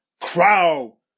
crow